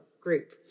group